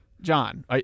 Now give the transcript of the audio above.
John